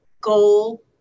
goal